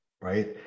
right